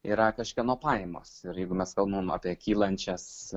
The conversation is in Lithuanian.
yra kažkieno pajamos ir jeigu mes kalbam apie kylančias